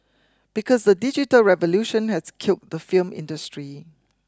because the digital revolution has killed the film industry